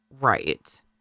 Right